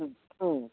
ହୁଁ